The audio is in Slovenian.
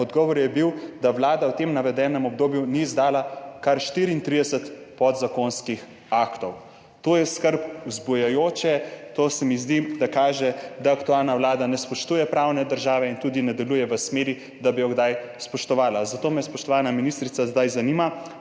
Odgovor je bil, da vlada v tem navedenem obdobju ni izdala kar 34 podzakonskih aktov. To je skrb vzbujajoče. To se mi zdi, da kaže, da aktualna vlada ne spoštuje pravne države in tudi ne deluje v smeri, da bi jo kdaj spoštovala. Zato me, spoštovana ministrica, zdaj zanima: